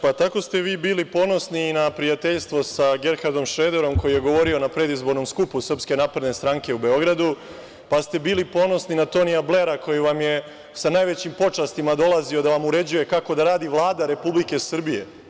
Pa, tako ste vi bili ponosni i na prijateljstvo na Gerhardom Šrederom koji je govorio na predizbornom skupu SNS u Beogradu, pa ste bili ponosni na Tonija Blera, koji vam je sa najvećim počastima dolazio da vam uređuje kako da radi Vlada Republike Srbije.